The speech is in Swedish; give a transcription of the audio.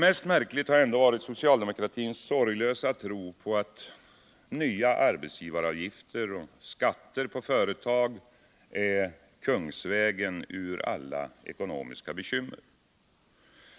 Mest märklig har ändå varit socialdemokratins sorglösa tro på att nya arbetsgivaravgifter och skatter på företag är kungsvägen ur alla ekonomiska bekymmer.